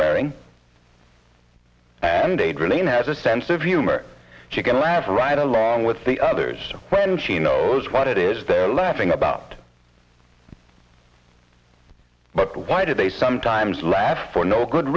wearing and adrian has a sense of humor she can laugh right along with the others when she knows what it is they're laughing about but why did they sometimes laugh for no good